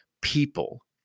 people